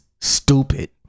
stupid